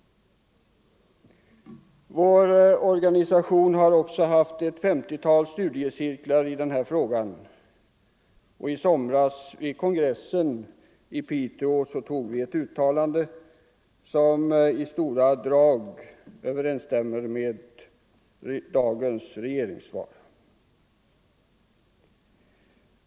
Vår organisation har också haft ett 50-tal studiecirklar i den här frågan. Vid kongressen i Piteå i somras antog vi ett uttalande som i stora drag överensstämmer med dagens regeringssvar.